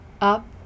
up